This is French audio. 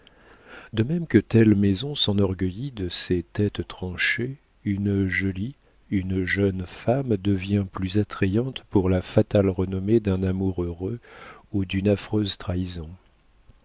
de même que telle maison s'enorgueillit de ses têtes tranchées une jolie une jeune femme devient plus attrayante par la fatale renommée d'un amour heureux ou d'une affreuse trahison